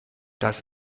das